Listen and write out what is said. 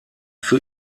für